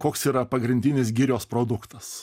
koks yra pagrindinis girios produktas